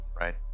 right